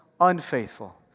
unfaithful